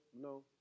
No